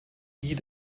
die